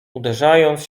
uderzając